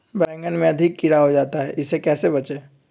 बैंगन में अधिक कीड़ा हो जाता हैं इससे कैसे बचे?